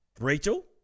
Rachel